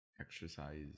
exercise